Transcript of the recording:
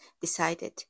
decided